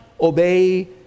obey